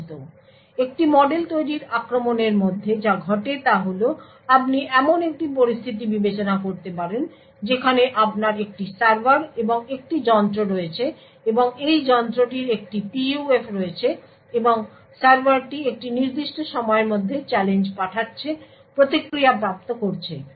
সুতরাং একটি মডেল তৈরীর আক্রমণের মধ্যে যা ঘটে তা হল আপনি এমন একটি পরিস্থিতি বিবেচনা করতে পারেন যেখানে আপনার একটি সার্ভার এবং একটি যন্ত্র রয়েছে এবং এই যন্ত্রটির একটি PUF রয়েছে এবং সার্ভারটি একটি নির্দিষ্ট সময়ের মধ্যে চ্যালেঞ্জ পাঠাচ্ছে এবং প্রতিক্রিয়া প্রাপ্ত করছে